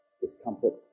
discomfort